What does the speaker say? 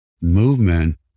Movement